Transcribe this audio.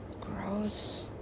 Gross